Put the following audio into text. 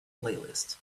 playlist